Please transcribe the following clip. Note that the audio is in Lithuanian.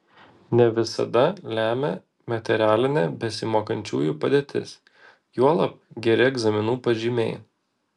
ne visada lemia materialinė besimokančiųjų padėtis juolab geri egzaminų pažymiai